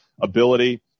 ability